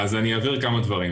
אז אני אבהיר כמה דברים.